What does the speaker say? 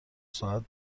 ساعت